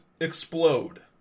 explode